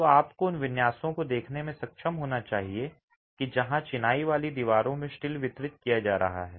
तो आपको उन विन्यासों को देखने में सक्षम होना चाहिए जहां चिनाई वाली दीवारों में स्टील वितरित किया जा रहा है